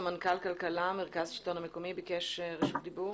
סמנכ"ל כלכלה במרכז השלטון המקומי ביקש רשות דיבור.